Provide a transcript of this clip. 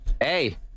Hey